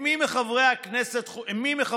מי מחברי הכנסת